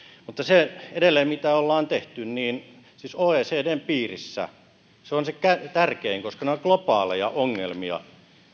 mutta edelleen se mitä on tehty siis oecdn piirissä on se tärkein koska nämä ovat globaaleja ongelmia